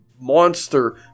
monster